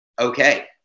okay